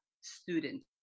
student